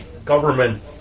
government